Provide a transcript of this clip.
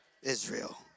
Israel